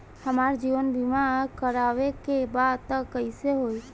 हमार जीवन बीमा करवावे के बा त कैसे होई?